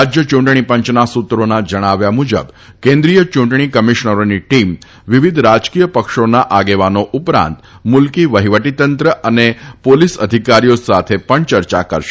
રાજ્ય યૂંટણી પંચના સૂત્રોના જણાવ્યા મુજબ કેન્દ્રિય ચૂંટણી કમીશનરોની ટીમ વિવિધ રાજકીય પક્ષોના આગેવાનો પરાંત મુલકી વહિવટીતંત્ર અને પોલીસ અધિકારીઓ સાથે પણ ચર્ચા કરશે